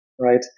right